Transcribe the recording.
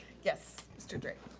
yes, mr. drake.